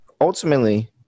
Ultimately